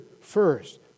first